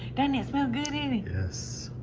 doesn't it smell good, eddie? yes.